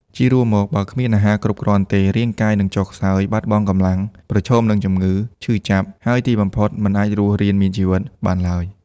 ជារួមមក បើគ្មានអាហារគ្រប់គ្រាន់ទេ រាងកាយនឹងចុះខ្សោយ បាត់បង់កម្លាំង ប្រឈមនឹងជំងឺ ឈឺចាប់ ហើយទីបំផុតមិនអាចរស់រានមានជីវិតបានឡើយ។